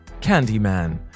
Candyman